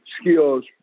skills